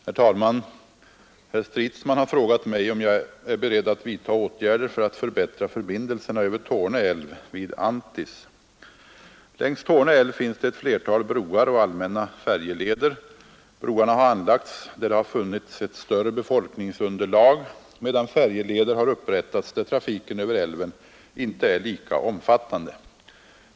Herr talman! Herr Stridsman har frågat mig om jag är beredd att vidta åtgärder för att förbättra förbindelserna över Torne älv vid Anttis. Längs Torne älv finns det ett flertal broar och allmänna färjeleder. Broarna har anlagts där det har funnits ett större befolkningsunderlag, medan färjeleder har upprättats där trafiken över älven inte är lika omfattande.